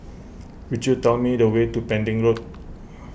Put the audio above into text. could you tell me the way to Pending Road